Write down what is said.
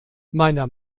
meiner